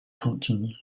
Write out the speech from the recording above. compton